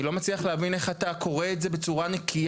אני לא מצליח להבין איך אתה קורא את זה בצורה נקייה,